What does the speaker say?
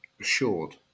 assured